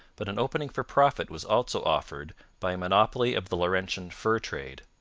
but an opening for profit was also offered by a monopoly of the laurentian fur trade.